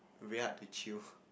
very hard to chew